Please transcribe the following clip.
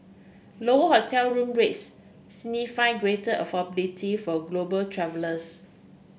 lower hotel room rates signify greater affordability for global travellers